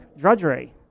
drudgery